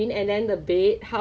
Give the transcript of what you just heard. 有时候你需要